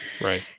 right